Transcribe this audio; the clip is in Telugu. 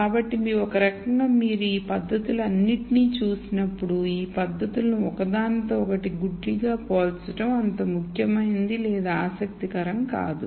కాబట్టి ఒకరకంగా మీరు ఈ పద్ధతులన్నింటినీ చూసినప్పుడు ఈ పద్ధతులను ఒకదానితో ఒకటి గుడ్డిగా పోల్చడం అంత ముఖ్యమైనది లేదా ఆసక్తికరం కాదు